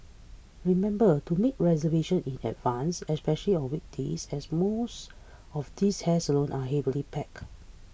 remember to make reservation in advance especially on weekends as most of these hair salons are heavily packed